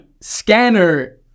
Scanner